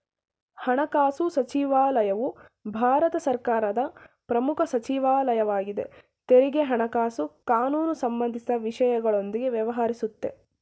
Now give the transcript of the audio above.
ಹಣಕಾಸು ಸಚಿವಾಲಯವು ಭಾರತ ಸರ್ಕಾರದ ಪ್ರಮುಖ ಸಚಿವಾಲಯವಾಗಿದೆ ತೆರಿಗೆ ಹಣಕಾಸು ಕಾನೂನು ಸಂಬಂಧಿಸಿದ ವಿಷಯಗಳೊಂದಿಗೆ ವ್ಯವಹರಿಸುತ್ತೆ